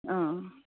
অঁ